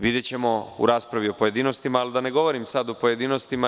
Videćemo u raspravi u pojedinostima, ali da ne govorim sada u pojedinostima.